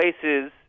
places